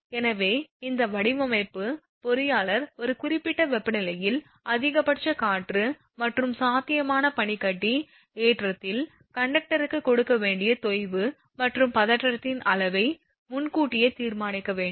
எனவே ஒரு வடிவமைப்பு பொறியாளர் ஒரு குறிப்பிட்ட வெப்பநிலையில் அதிகபட்ச காற்று மற்றும் சாத்தியமான பனிக்கட்டி ஏற்றத்தில் கண்டக்டருக்கு கொடுக்க வேண்டிய தொய்வு மற்றும் பதற்றத்தின் அளவை முன்கூட்டியே தீர்மானிக்க வேண்டும்